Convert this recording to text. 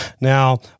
Now